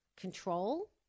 control